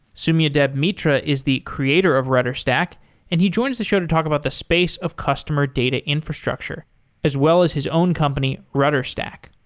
soumyadeb mitra is the creator of rudderstack and he joins the show to talk about the space of customer data infrastructure as well as his own company, ruderstack.